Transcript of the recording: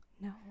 No